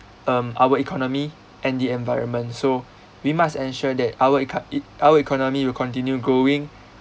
um our economy and the environment so we must ensure that our eco~ e~ our economy will continue growing